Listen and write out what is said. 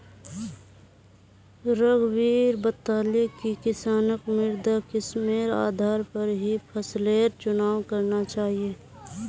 रघुवीर बताले कि किसानक मृदा किस्मेर आधार पर ही फसलेर चुनाव करना चाहिए